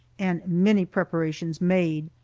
and many preparations made.